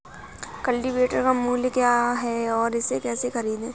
Cultivator का मूल्य क्या है और इसे कैसे खरीदें?